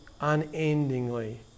unendingly